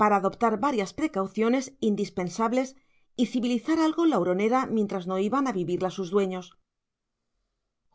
para adoptar varias precauciones indispensables y civilizar algo la huronera mientras no iban a vivirla sus dueños